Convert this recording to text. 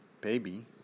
baby